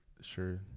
sure